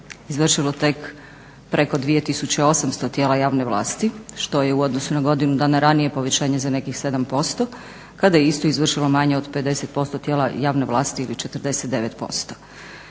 izvršilo tek preko 2800 tijela javne vlasti što je u odnosu na godinu dana ranije povećanje za nekih 7% kada je istu izvršilo manje od 50% tijela javne vlasti ili 49%.